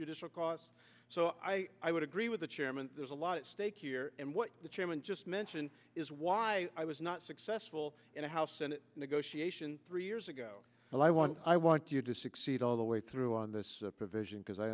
judicial costs so i i would agree with the chairman there's a lot at stake here and what the chairman just mentioned is why i was not successful in a house senate negotiation three years ago and i want i want you to succeed all the way through on this provision because i